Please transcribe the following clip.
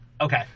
Okay